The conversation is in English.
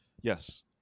Yes